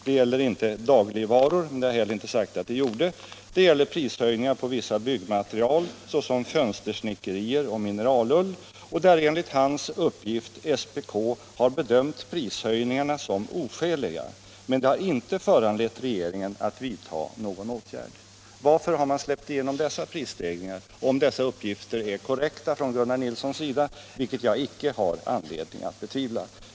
Det gällde inte dagligvaror — och det har jag heller inte sagt att det gjorde — utan prishöjningar på vissa byggnadsmaterial, såsom fönstersnickerier och mineralull. Enligt Gunnar Nilssons uppgift har SPK bedömt dessa prishöjningar som oskäliga, men det har inte föranlett regeringen att vidta någon åtgärd. Varför har man släppt igenom dessa prisstegringar? Jag har ju icke någon anledning att betvivla att Gunnar Nilssons uppgifter är korrekta.